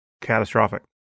catastrophic